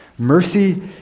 Mercy